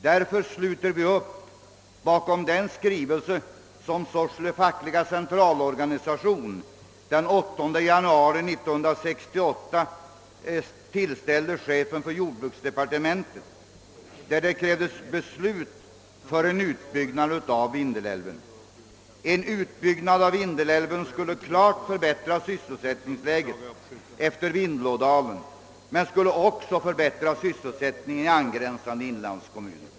Därför sluter vi upp bakom den skrivelse som Sorsele FCO den 8 jan. 1968 tillställde Ch. för jordbruksdepartementet där det krävdes beslut för en utbyggnad av Vindelälven. En utbyggnad av Vindelälven skulle klart förbättra sysselsättningsläget efter Vindelådalen, men skulle också förbättra sysselsättningen i angränsande inlandskommuner.